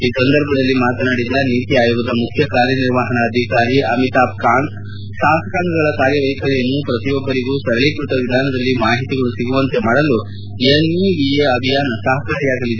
ಈ ಸಂದರ್ಭದಲ್ಲಿ ಮಾತನಾಡಿದ ನೀತಿ ಆಯೋಗದ ಮುಖ್ಯ ಕಾರ್ಯನಿರ್ವಹಣಾಧಿಕಾರಿ ಅಮಿತಾಬ್ ಕಾಂತ್ ಶಾಸಕಾಂಗಗಳ ಕಾರ್ಯ ವೈಖರಿಯನ್ನು ಪ್ರತಿಯೊಬ್ಬರಿಗೂ ಸರಳೀಕ್ಕಕ ವಿಧಾನದಲ್ಲಿ ಮಾಹಿತಿಗಳು ಸಿಗುವಂತೆ ಮಾಡಲು ಎನ್ಇವಿಎ ಅಭಿಯಾನ ಸಹಕಾರಿಯಾಗಲಿದೆ